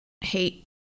hate